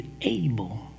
able